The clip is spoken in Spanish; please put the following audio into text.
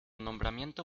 nombramiento